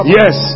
yes